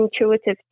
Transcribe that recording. intuitive